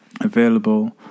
available